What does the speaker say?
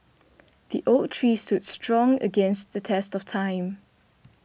the oak tree stood strong against the test of time